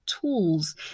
tools